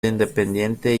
independiente